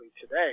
today